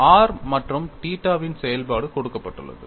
R மற்றும் θ இன் செயல்பாடு கொடுக்கப்பட்டுள்ளது